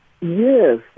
Yes